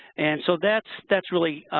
and so, that's that's really,